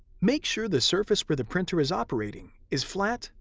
make sure the surface where the printer is operating is flat,